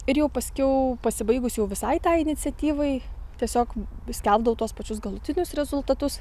ir jau paskiau pasibaigus jau visai tai iniciatyvai tiesiog vis skelbdavau tuos pačius galutinius rezultatus